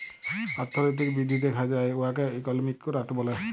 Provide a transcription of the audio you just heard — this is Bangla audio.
অথ্থলৈতিক বিধ্ধি দ্যাখা যায় উয়াকে ইকলমিক গ্রথ ব্যলে